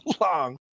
long